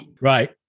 Right